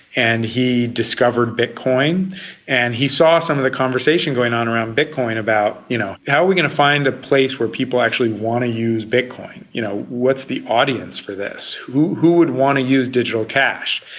and he discovered bitcoin and he saw some of the conversation going on around bitcoin about you know how are we going to find a place where people actually want to use bitcoin? you know what's the audience for this? who who would want to use digital cash?